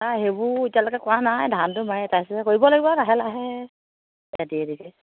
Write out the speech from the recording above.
নাই সেইবোৰ এতিয়ালৈকে কৰা নাই ধানটো মাৰি এটাইছোঁহে কৰিব লাগিব আৰু লাহে লাহে ধীৰে ধীৰে